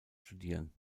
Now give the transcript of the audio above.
studieren